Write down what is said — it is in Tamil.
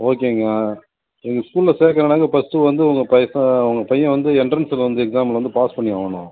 ஓகேங்க எங்கள் ஸ்கூல்லில் சேர்க்கணுன்னாக்க ஃபஸ்ட்டு வந்து உங்கள் உங்கள் பையன் வந்து எண்ட்ரன்ஸ்ஸில் வந்து எக்ஸாமில் வந்து பாஸ் பண்ணி ஆகணும்